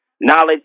knowledge